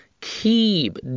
Keep